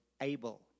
able